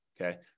Okay